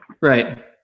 Right